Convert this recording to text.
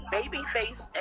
Babyface